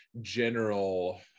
general